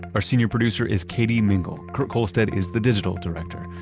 our senior producer is katie mingle. kurt kohlstedt is the digital director.